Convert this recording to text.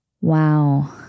Wow